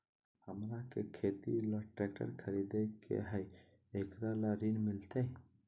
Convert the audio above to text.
हमरा के खेती ला ट्रैक्टर खरीदे के हई, एकरा ला ऋण मिलतई?